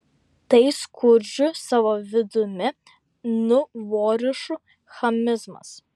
tai skurdžių savo vidumi nuvorišų chamizmas